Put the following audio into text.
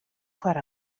foar